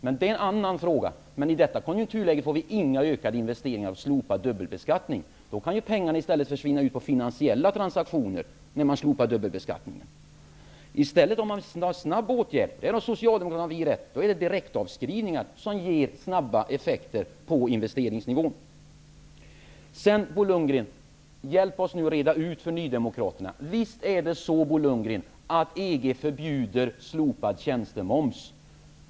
Men det är en annan fråga. I detta konjunkturläge blir det inga ökade investeringar genom slopad dubbelbeskattning. Om man slopar dubbelbeskattningen kan pengarna i stället försvinna på finansiella transaktioner. Om man vill vidta en snabb åtgärd -- där har Socialdemokraterna och vi rätt -- är det direktavskrivningar som ger snabba effekter på investeringsnivån. Hjälp oss, Bo Lundgren, att reda ut följande för nydemokraterna! Visst är det så, att EG förbjuder slopad tjänstemoms?